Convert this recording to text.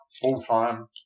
full-time